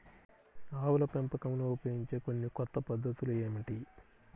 ఆవుల పెంపకంలో ఉపయోగించే కొన్ని కొత్త పద్ధతులు ఏమిటీ?